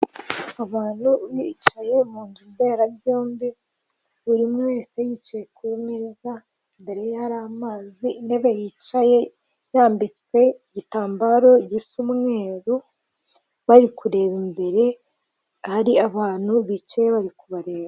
Abantu bicaye mu nzu mberabyombi buri wese yicaye ku meza imbere yari amazi intebe yicaye yambitswe igitambaro gisa umweruru, bari kureba imbere ahari abantu bicaye bari kubareba.